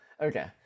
okay